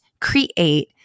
create